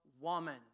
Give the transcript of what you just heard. woman